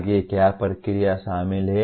आगे क्या प्रक्रिया शामिल है